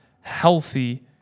healthy